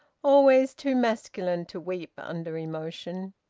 always too masculine to weep under emotion.